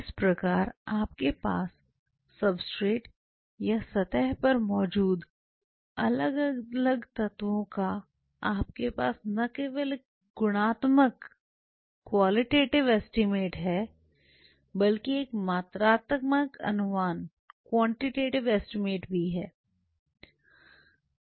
इस प्रकार आपके पास सब्सट्रेट या सतह पर मौजूद अलग अलग तत्वों का आपके पास न केवल एक गुणात्मक अनुमान है बल्कि एक मात्रात्मक अनुमान भी है